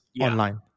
online